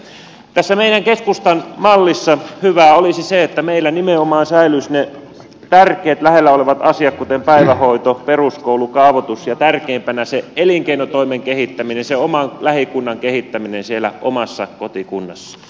tässä meidän keskustan mallissa hyvää olisi se että meillä nimenomaan säilyisivät ne tärkeät lähellä olevat asiat kuten päivähoito peruskoulu kaavoitus ja tärkeimpänä se elinkeinotoimen kehittäminen oman lähikunnan kehittäminen siellä omassa kotikunnassa